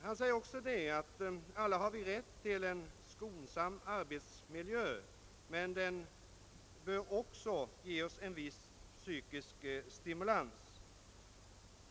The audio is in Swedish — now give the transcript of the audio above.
Han skriver också: >Alla har vi rätt till en skonsam arbetsmiljö, men den bör också ge oss en viss psykisk stimulans.